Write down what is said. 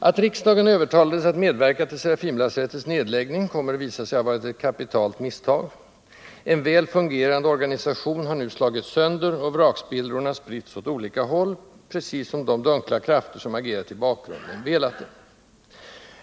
Att riksdagen övertalades att medverka till Serafimerlasarettets nedläggning kommer att visa sig ha varit ett kapitalt misstag: en väl fungerande organisation har nu slagits sönder och vrakspillrorna spritts åt olika håll, precis som de dunkla krafter, som agerat i bakgrunden, velat det.